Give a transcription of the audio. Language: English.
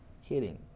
hitting